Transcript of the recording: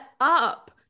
up